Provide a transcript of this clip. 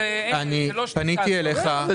בגלל שלא --- אני פניתי אליך ---,